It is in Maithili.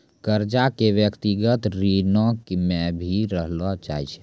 कर्जा क व्यक्तिगत श्रेणी म भी रखलो जाय छै